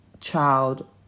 child